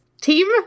Team